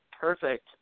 perfect